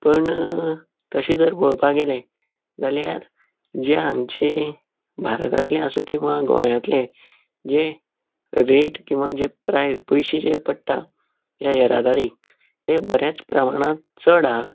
पण तशें जर पळोवपा गेलें जाल्यार जें हांगचे भारतांतले आसू किंवां गोंयांतले जे रेट किंवां जे प्रायज पयशें जे पडटा ह्या येरादारीक तें बऱ्याच प्रमाणांत चड आहा